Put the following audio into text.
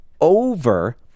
over